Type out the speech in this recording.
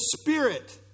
spirit